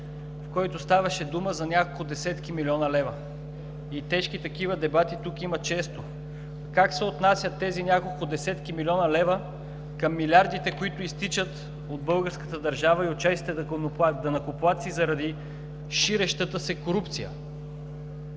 в който ставаше дума за няколко десетки милиона лева. И тук често има такива тежки дебати. Как се отнасят тези няколко десетки милиона лева към милиардите, които изтичат от българската държава и от честните данъкоплатци заради ширещата се корупция?